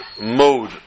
mode